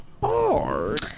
hard